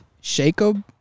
Jacob